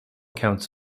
counts